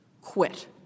Quit